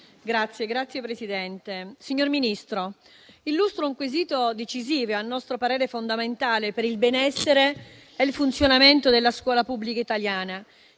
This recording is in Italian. Signora Presidente, signor Ministro, illustro un quesito decisivo e a nostro parere fondamentale per il benessere e il funzionamento della scuola pubblica italiana,